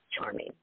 charming